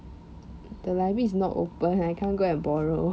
the library is not open I can't go and borrow